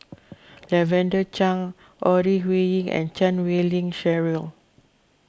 Lavender Chang Ore Huiying and Chan Wei Ling Cheryl